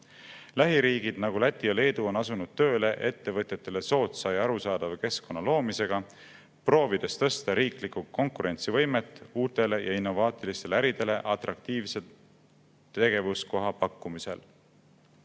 Lähiriigid, nagu Läti ja Leedu, on asunud tööle ettevõtjatele soodsa ja arusaadava keskkonna loomisega, proovides tõsta riiklikku konkurentsivõimet uutele ja innovaatilistele äridele atraktiivse tegevuskoha pakkumisel.